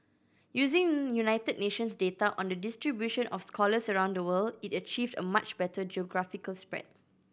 using United Nations data on the distribution of scholars around the world it achieved a much better geographical spread